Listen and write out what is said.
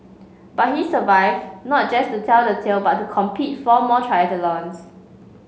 but he survived not just to tell the tale but to complete four more triathlons